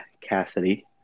Cassidy